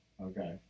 Okay